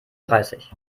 dreißig